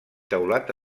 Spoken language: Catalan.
teulat